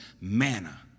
manna